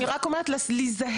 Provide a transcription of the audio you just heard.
אני רק אומרת להיזהר,